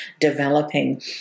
developing